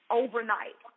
overnight